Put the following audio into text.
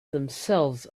themselves